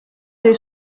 dei